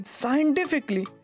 scientifically